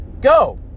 Go